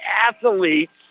athletes